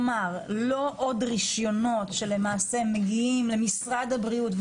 לא עוד רישיונות שמגיעים למשרד הבריאות,